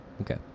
Okay